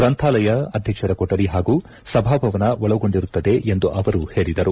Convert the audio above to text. ಗ್ರಂಥಾಲಯ ಅಧ್ವಕ್ಷರ ಕೊಠಡಿ ಹಾಗೂ ಸಭಾಭವನ ಒಳಗೊಂಡಿರುತ್ತದೆ ಎಂದು ಅವರು ಹೇಳಿದರು